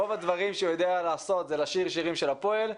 רוב הדברים שהוא יודע לעשות זה לשיר שירים של הפועל,